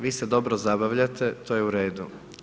Vi se dobro zabavljate, to je u redu.